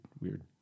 weird